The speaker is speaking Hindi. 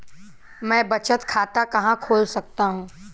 मैं बचत खाता कहाँ खोल सकता हूँ?